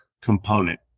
component